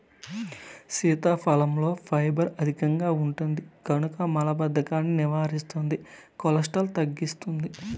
సీతాఫలంలో ఫైబర్ అధికంగా ఉంటుంది కనుక మలబద్ధకాన్ని నివారిస్తుంది, కొలెస్ట్రాల్ను తగ్గిస్తుంది